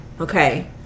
okay